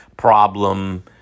problem